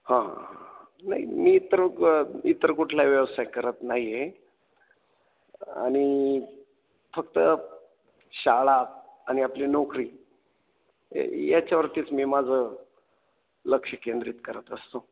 हां नाही मी इतर इतर कुठला व्यवसाय करत नाही आहे आणि फक्त शाळा आणि आपली नोकरी ए याच्यावरतीच मी माझं लक्ष केंद्रित करत असतो